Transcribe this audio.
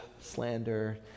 slander